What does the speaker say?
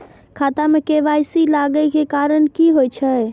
खाता मे के.वाई.सी लागै के कारण की होय छै?